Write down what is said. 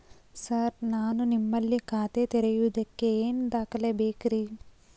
Sir ನಾನು ನಿಮ್ಮಲ್ಲಿ ಖಾತೆ ತೆರೆಯುವುದಕ್ಕೆ ಏನ್ ದಾಖಲೆ ಬೇಕ್ರಿ?